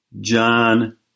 John